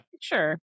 Sure